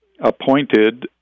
appointed